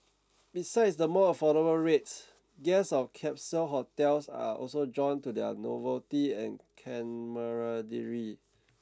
besides the more affordable rates guests of capsule hotels are also drawn to their novelty and camaraderie